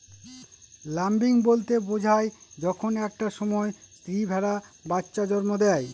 lambing বলতে বোঝায় যখন একটা সময় স্ত্রী ভেড়া বাচ্চা জন্ম দেয়